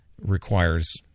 requires